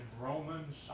Romans